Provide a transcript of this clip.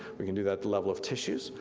we can do that the level of tissues,